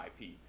IP